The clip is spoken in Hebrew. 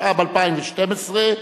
התשע"ב 2012,